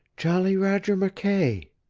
jolly roger mckay!